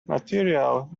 material